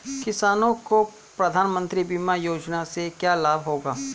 किसानों को प्रधानमंत्री बीमा योजना से क्या लाभ होगा?